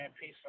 Peace